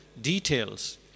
details